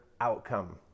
outcome